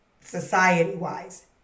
society-wise